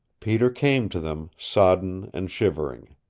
peter came to them, sodden and shivering.